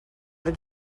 did